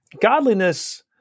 godliness